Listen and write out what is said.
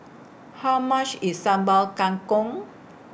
How much IS Sambal Kangkong